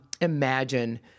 Imagine—